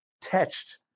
touched